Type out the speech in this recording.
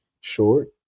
short